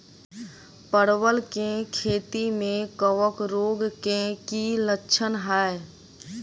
परवल केँ खेती मे कवक रोग केँ की लक्षण हाय?